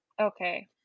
okay